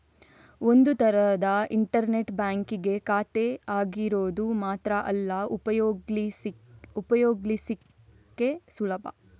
ಒಂದು ತರದ internet banking ಖಾತೆ ಆಗಿರೋದು ಮಾತ್ರ ಅಲ್ಲ ಉಪಯೋಗಿಸ್ಲಿಕ್ಕೆ ಸುಲಭ